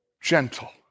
gentle